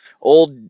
old